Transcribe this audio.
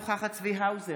אינה נוכחת צבי האוזר,